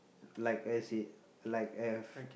like as it like as